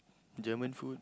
German food